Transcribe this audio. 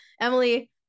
Emily